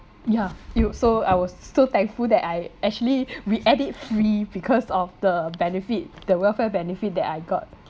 ya you so I was so thankful that I actually we ate it free because of the benefit the welfare benefit that I got